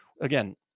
again